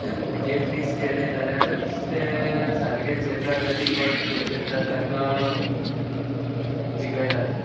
game fix केली जाल्यारूच ते सारके चयतात आनी कोण पयशे येतात तांकां जिखयतात